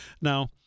Now